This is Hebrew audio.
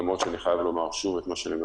למרות שאני חייב לומר שוב את מה שאני אומר